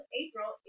April